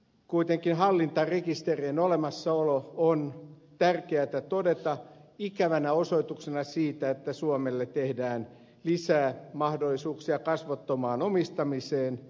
kuitenkin hallintarekisterien olemassaolo on tärkeätä todeta ikävänä osoituksena siitä että suomelle tehdään lisää mahdollisuuksia kasvottomaan omistamiseen